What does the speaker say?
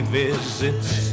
visits